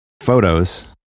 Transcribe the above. photos